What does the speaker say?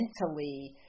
mentally